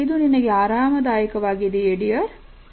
ಇದು ನಿನಗೆ ಆರಾಮದಾಯಕವಾಗಿದೆಯೇDear